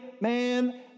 man